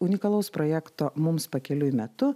unikalaus projekto mums pakeliui metu